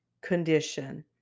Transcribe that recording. condition